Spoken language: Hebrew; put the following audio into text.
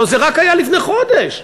הרי זה היה לפני חודש.